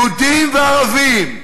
יהודים וערבים,